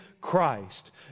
Christ